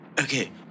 Okay